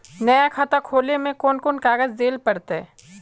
नया खाता खोले में कौन कौन कागज देल पड़ते?